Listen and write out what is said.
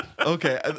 Okay